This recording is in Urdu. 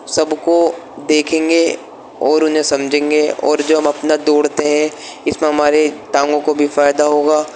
سب کو دیکھیں گے اور انہیں سمجھیں گے اور جو ہم اپنا دوڑتے ہیں اس میں ہمارے ٹانگوں کو بھی فائدہ ہوگا